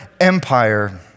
empire